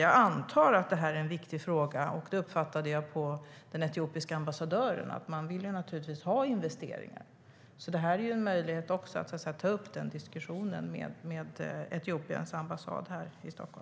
Jag antar att det här är en viktig fråga; jag uppfattade den etiopiska ambassadören som att man naturligtvis vill ha investeringar. Det är alltså möjligt att ta upp den diskussionen med Etiopiens ambassad här i Stockholm.